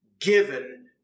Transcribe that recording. given